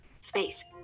Space